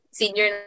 senior